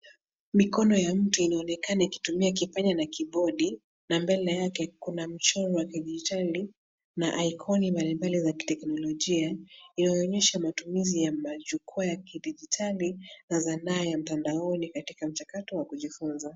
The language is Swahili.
Mikono ya mtu inaonekana ikitumia kipanya na kibodi, na mbele yake kuna mchoro wa kidijitali na ikoni mbalimbali za kiteknolojia. Inaonyesha matumizi ya majukwaa ya kidijitali na zanaa ya mtandaoni katika mchakato wa kujifunza.